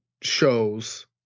shows